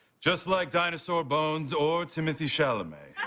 just like dinosaur bones or timothee chalamet.